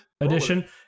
edition